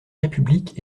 république